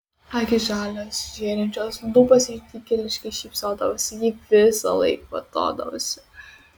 akys žalios žėrinčios lūpos išdykėliškai šypsodavosi ji visąlaik kvatodavosi